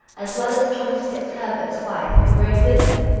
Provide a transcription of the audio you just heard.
as well as thomas fitzherbert's wife, who rode with them,